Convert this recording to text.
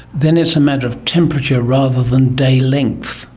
then it's a matter of temperature rather than day length.